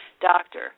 doctor